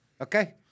Okay